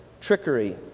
trickery